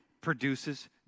produces